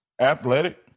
athletic